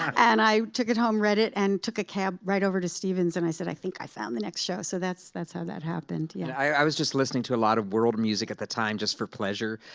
and i took it home, read it, and took a cab right over to stephen's. and i said, i think i found the next show. so that's that's how that happened, yeah. stephen flaherty i was just listening to a lot of world music at the time, just for pleasure.